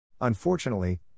Unfortunately